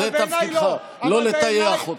זה תפקידך, לא לטייח אותם.